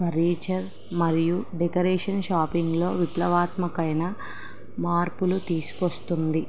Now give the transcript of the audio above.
furniture మరియు decoration షాపింగ్లో విప్లవాత్మకైన మార్పులు తీసుకొస్తుంది